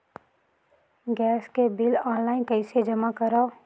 Gas के bill online कइसे जमा करव?